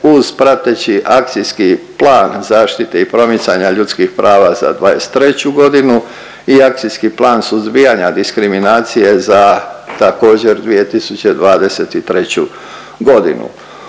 uz prateći Akcijski plan zaštite i promicanja ljudskih prava za '23. g. i Akcijski plan suzbijanja diskriminacije za, također, 2023. g.